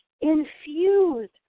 infused